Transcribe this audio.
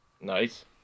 Nice